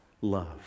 love